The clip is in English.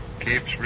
Keeps